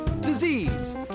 disease